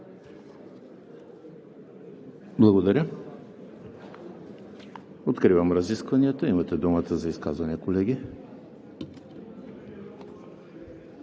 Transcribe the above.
Благодаря Ви. Откривам разискванията – имате думата за изказвания, колеги.